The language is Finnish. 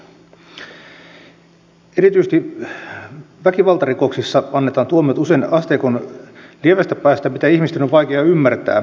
erityisesti väkivaltarikoksissa annetaan tuomiot usein asteikon lievästä päästä mitä ihmisten on vaikea ymmärtää